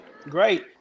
great